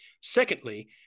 Secondly